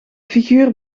figuur